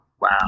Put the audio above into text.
Wow